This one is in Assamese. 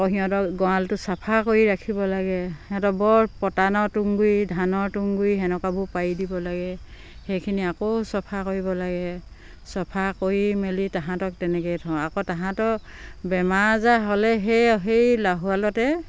আকৌ সিহঁতক গঁৰালটো চাফা কৰি ৰাখিব লাগে সিহঁতক বৰ পটানৰ তুঁহগুৰি ধানৰ তুঁহগুৰি সেনেকুৱাবোৰ পাৰি দিব লাগে সেইখিনি আকৌ চফা কৰিব লাগে চফা কৰি মেলি তাহাঁতক তেনেকে থওঁ আকৌ তাহাঁতৰ বেমাৰ আজাৰ হ'লে সেই লাহোৱালতে